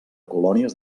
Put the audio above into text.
colònies